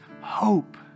hope